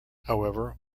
however